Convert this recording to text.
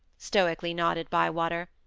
stoically nodded bywater.